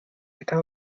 estas